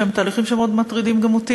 שהם תהליכים שמאוד מטרידים גם אותי,